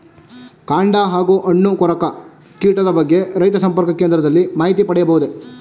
ಕಾಂಡ ಹಾಗೂ ಹಣ್ಣು ಕೊರಕ ಕೀಟದ ಬಗ್ಗೆ ರೈತ ಸಂಪರ್ಕ ಕೇಂದ್ರದಲ್ಲಿ ಮಾಹಿತಿ ಪಡೆಯಬಹುದೇ?